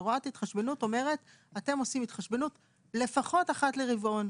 הוראת ההתחשבנות אומרת אתם עושים התחשבנות לפחות אחת לרבעון.